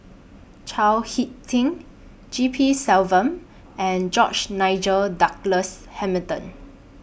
Chao Hick Tin G P Selvam and George Nigel Douglas Hamilton